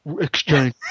exchange